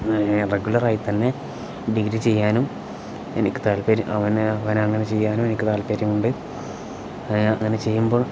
regular ആയി തന്നെ degree ചെയ്യാനും എനിക്ക് താല്പര്യം അവനെ അവനെ അങ്ങനെ ചെയ്യാനും എനിക്ക് താല്പര്യമുണ്ട് അങ്ങനെ ചെയ്യുമ്പോൾ